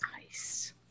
Nice